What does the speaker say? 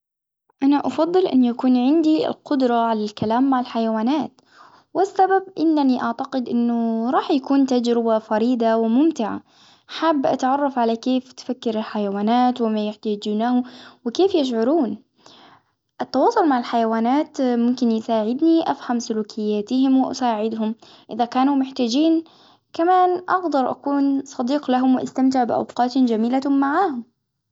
أنا أفضل أن يكون عندي القدرة على الكلام مع الحيوانات، والسبب إنني أعتقد أنه راح يكون تجربة فريدة وممتعة، حابة أتعرف على كيف تفكر الحيوانات وما يحتاجونه، وكيف يشعرون؟ التواصل مع الحيوانات ممكن يساعدني، أفهم سلوكياتهم وأساعدهم، إذا كانوا محتاجين كمان أفضل أكون صديق لهم وأستمتع بأوقات جميلة معهم.